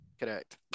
Correct